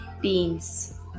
beans